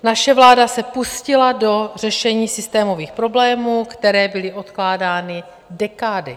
Naše vláda se pustila do řešení systémových problémů, které byly odkládány dekády.